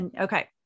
okay